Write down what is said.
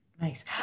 Nice